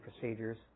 procedures